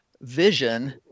vision